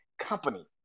company